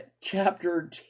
chapter